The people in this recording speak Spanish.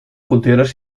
funciones